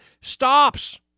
stops